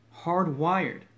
hardwired